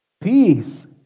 peace